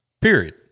Period